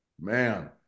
Man